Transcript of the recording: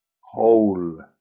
whole